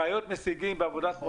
ראיות משיגים בעבודת מודיעין,